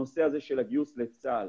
נושא גיוס לצה"ל,